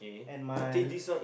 and my